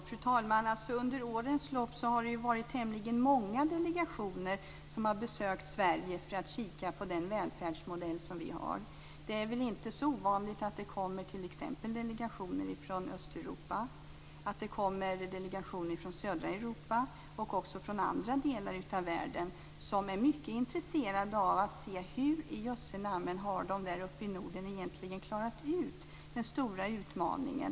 Fru talman! Under årens lopp har det varit tämligen många delegationer som har besökt Sverige för att kika på den välfärdsmodell som vi har. Det är inte så ovanligt att det kommer delegationer t.ex. från Östeuropa, från södra Europa och även från andra delar av världen som är mycket intresserade av att se hur i jösse namn vi här uppe i Norden egentligen har klarat av den stora utmaningen.